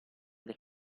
del